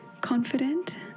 confident